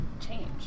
change